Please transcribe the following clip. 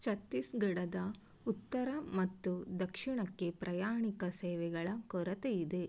ಚತ್ತೀಸ್ಗಡದ ಉತ್ತರ ಮತ್ತು ದಕ್ಷಿಣಕ್ಕೆ ಪ್ರಯಾಣಿಕ ಸೇವೆಗಳ ಕೊರತೆಯಿದೆ